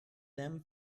them